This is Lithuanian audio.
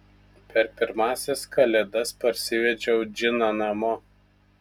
per pirmąsias kalėdas parsivedžiau džiną namo